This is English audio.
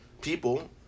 people